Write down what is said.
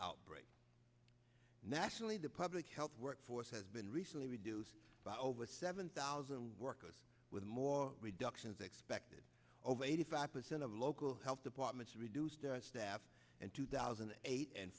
outbreak nationally the public health workforce has been recently reduced by over seven thousand workers with more reductions expected over eighty five percent of local health departments reduced staff and two thousand and eight and